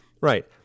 Right